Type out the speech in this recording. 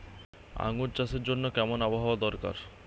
আঙ্গুর চাষের জন্য কেমন আবহাওয়া দরকার?